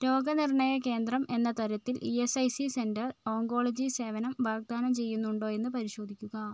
രോഗനിർണയ കേന്ദ്രം എന്ന തരത്തിൽ ഇഎസ്ഐസി സെൻ്റർ ഓങ്കോളജി സേവനം വാഗ്ദാനം ചെയ്യുന്നുണ്ടോയെന്ന് പരിശോധിക്കുക